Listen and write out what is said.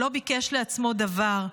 שלא ביקש לעצמו דבר,